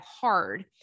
hard